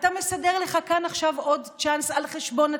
אתה מסדר לך כאן עכשיו עוד צ'אנס על חשבון הציבור,